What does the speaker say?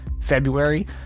February